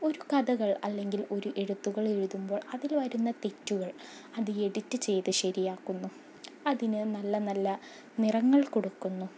ഒരു കഥകൾ അല്ലെങ്കിൽ ഒരു എഴുത്തുകൾ എഴുതുമ്പോൾ അതിൽ വരുന്ന തെറ്റുകൾ അത് എഡിറ്റ് ചെയ്തു ശരിയാക്കുന്നു അതിന് നല്ല നല്ല നിറങ്ങൾ കൊടുക്കുന്നു